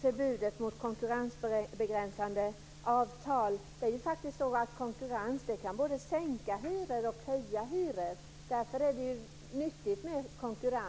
förbudet mot konkurrensbegränsande avtal. Konkurrens kan både sänka hyror och höja hyror. Därför är det nyttigt med konkurrens.